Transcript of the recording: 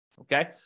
okay